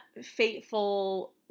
fateful